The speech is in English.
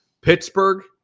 Pittsburgh